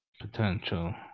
potential